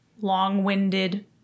long-winded